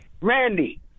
Randy